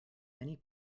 many